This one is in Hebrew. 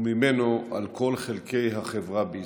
וממנו, על כל חלקי החברה בישראל.